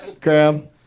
Graham